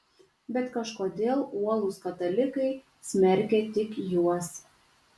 bet kažkodėl uolūs katalikai smerkia tik juos